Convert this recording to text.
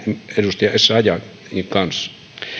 edustaja essayahin kanssa